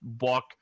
walk